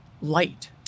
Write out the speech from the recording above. light